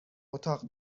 اتاق